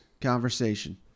conversation